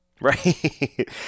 Right